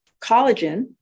collagen